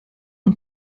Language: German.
und